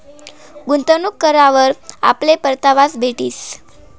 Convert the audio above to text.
गुंतवणूक करावर आपले परतावा भेटीस